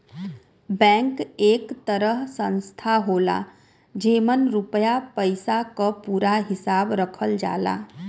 bank एक तरह संस्था होला जेमन रुपया पइसा क पूरा हिसाब रखल जाला